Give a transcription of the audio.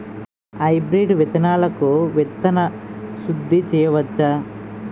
Hybrid విత్తనాలకు విత్తన శుద్ది చేయవచ్చ?